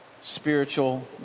spiritual